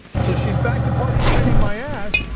so she's back to party unity my ass,